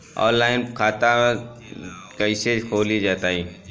Online खाता कइसे खोली बताई?